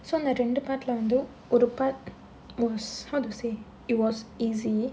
so நா ரெண்டு:naa rendu part leh வந்து ஒரு:vandhu oru part was how to say it was easy